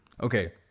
okay